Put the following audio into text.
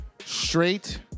straight